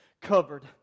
covered